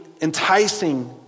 enticing